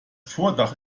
vordach